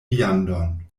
viandon